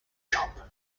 job